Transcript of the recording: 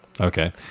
okay